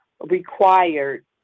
required